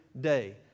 day